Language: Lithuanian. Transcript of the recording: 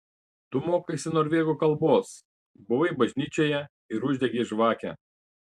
tu mokaisi norvegų kalbos buvai bažnyčioje ir uždegei žvakę